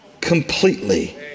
completely